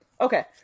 Okay